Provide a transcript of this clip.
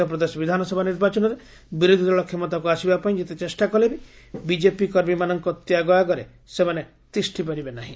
ମଧ୍ୟପ୍ରଦେଶ ବିଧାନସଭା ନିର୍ବାଚନରେ ବିରୋଧୀ ଦଳ କ୍ଷମତାକୁ ଆସିବା ପାଇଁ ଯେତେ ଚେଷ୍ଟା କଲେ ବି ବିଜେପି କର୍ମୀମାନଙ୍କ ତ୍ୟାଗ ଆଗରେ ସେମାନେ ତିଷ୍ଠିପାରିବେ ନାହିଁ